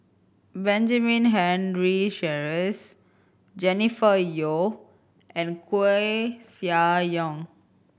Benjamin Henry Sheares Jennifer Yeo and Koeh Sia Yong